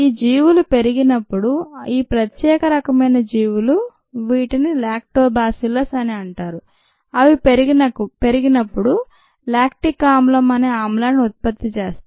ఈ జీవులు పెరిగినప్పుడు ఈ ప్రత్యేక రకమైన జీవులు వీటిని లాక్టోబాసిల్లస్ అని అంటారు అవి పెరిగినప్పుడు లాక్టిక్ ఆమ్లం అనే ఆమ్లాన్ని ఉత్పత్తి చేస్తాయి